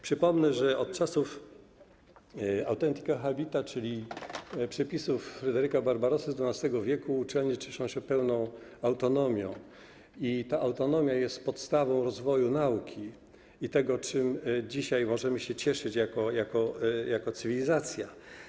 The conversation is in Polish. Przypomnę, że od czasów „Authentica habita”, czyli przepisów Fryderyka Barbarossy z XII w., uczeni cieszą się pełną autonomią i ta autonomia jest podstawą rozwoju nauki i tego, czym dzisiaj możemy się cieszyć jako cywilizacja.